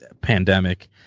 pandemic